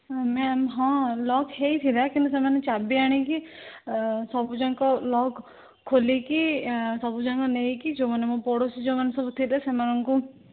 ହଁ ମ୍ୟାମ୍ ହଁ ଲକ୍ ହେଇଥିଲା କିନ୍ତୁ ସେମାନେ ଚାବି ଆଣିକି ସବୁ ଯାକ ଲକ୍ ଖୋଲିକି ସବୁଯାକ ନେଇକି ଯେଉଁମାନେ ମୋ ପଡ଼ୋଶୀ ଯେଉଁମାନେ ସବୁ ଥିଲେ ସେମାନଙ୍କୁ